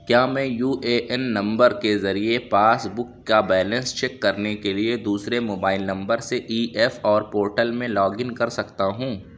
کیا میں U A N number کے ذریعے پاس بک کا بیلنس چیک کرنے کے لیے دوسرے موبائل نمبر سے ای ایف اور پورٹل میں لاگ ان کر سکتا ہوں